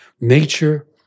nature